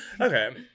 Okay